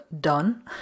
done